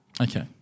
Okay